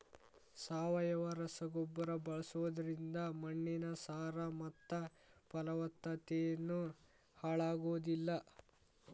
ಸಾವಯವ ರಸಗೊಬ್ಬರ ಬಳ್ಸೋದ್ರಿಂದ ಮಣ್ಣಿನ ಸಾರ ಮತ್ತ ಪಲವತ್ತತೆನು ಹಾಳಾಗೋದಿಲ್ಲ